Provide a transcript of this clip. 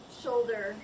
shoulder